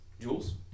Jules